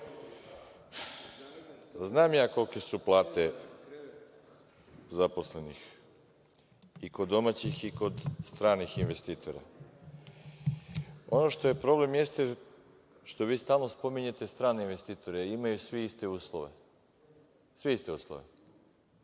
ja kolike su plate zaposlenih i kod domaćih i kod stranih investitora. Ono što je problem, jeste što vi stalno spominjete strane investitore i imaju svi iste uslove. Svi iste uslove.